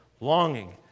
longing